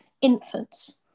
infants